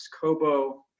Kobo